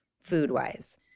food-wise